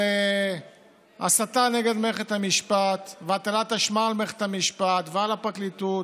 של הסתה נגד מערכת המשפט והטלת אשמה על מערכת המשפט ועל הפרקליטות